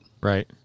Right